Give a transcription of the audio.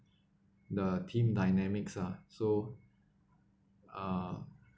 the team dynamics ah so uh